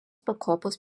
pakopos